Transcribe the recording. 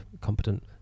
competent